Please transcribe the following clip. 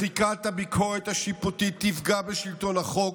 מחיקת הביקורת השיפוטית תפגע בשלטון החוק,